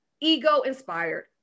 ego-inspired